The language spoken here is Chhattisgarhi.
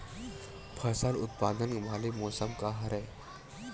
फसल उत्पादन वाले मौसम का हरे?